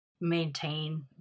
maintain